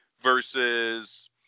versus